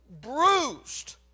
bruised